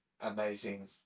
amazing